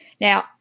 Now